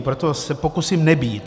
Proto se pokusím nebýt.